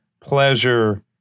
pleasure